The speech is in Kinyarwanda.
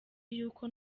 y’uko